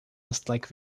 westlake